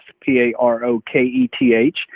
P-A-R-O-K-E-T-H